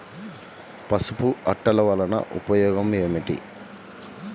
పసుపు అట్టలు వలన ఉపయోగం ఏమిటి?